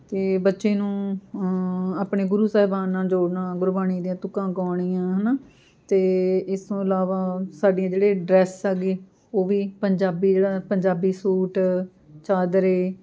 ਅਤੇ ਬੱਚੇ ਨੂੰ ਆਪਣੇ ਗੁਰੂ ਸਾਹਿਬਾਨ ਨਾਲ ਜੋੜਨਾ ਗੁਰਬਾਣੀ ਦੀਆਂ ਤੁਕਾਂ ਗਾਉਣੀਆਂ ਹੈ ਨਾ ਅਤੇ ਇਸ ਤੋਂ ਇਲਾਵਾ ਸਾਡੀਆਂ ਜਿਹੜੇ ਡਰੈੱਸ ਆ ਗਏ ਉਹ ਵੀ ਪੰਜਾਬੀ ਜਿਹੜਾ ਪੰਜਾਬੀ ਸੂਟ ਚਾਦਰੇ